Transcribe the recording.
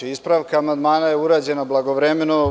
Ispravka amandmana je urađena blagovremeno.